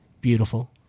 Beautiful